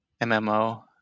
MMO